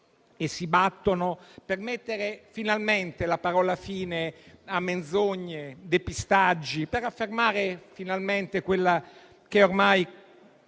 e si batte per mettere finalmente la parola fine a menzogne e depistaggi, per affermare finalmente quella che ormai